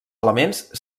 elements